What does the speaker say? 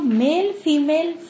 male-female